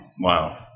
wow